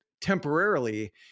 temporarily